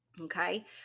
okay